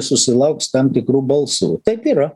susilauks tam tikrų balsų taip yra